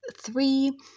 three